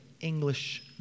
English